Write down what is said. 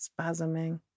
spasming